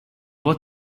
what